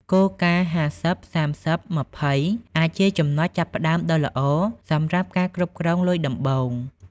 គោលការណ៍ 50/30/20 អាចជាចំណុចចាប់ផ្តើមដ៏ល្អ សម្រាប់ការគ្រប់គ្រងលុយដំបូង។